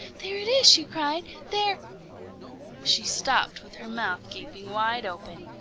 there it is! she cried. there she stopped with her mouth gaping wide open.